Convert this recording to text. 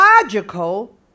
logical